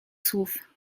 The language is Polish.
słów